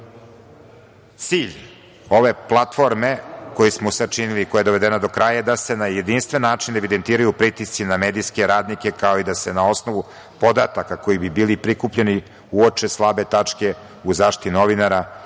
ove platforme koju smo sačinili, koja je dovedena do kraja, je da se na jedinstven način evidentiraju pritisci na medijske radnike, kao i da se na osnovu podataka koji bi bili prikupljeni uoče slabe tačke u zaštiti novinara